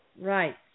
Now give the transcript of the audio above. Right